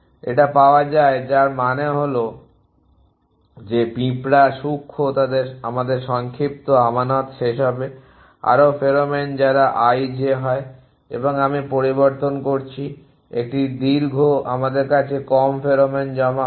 এটা পাওয়া যায় যার মানে হল যে পিঁপড়া সূক্ষ্ম আমাদের সংক্ষিপ্ত আমানত শেষ হবে আরো ফেরোমন যারা i j হয় এবং আমি পরিবর্তন করছি একটি দীর্ঘ আমাদের কাছে কম ফেরোমন জমা হবে